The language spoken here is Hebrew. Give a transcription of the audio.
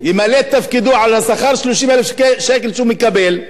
על השכר של 30,000 שקל שהוא מקבל נאמנה,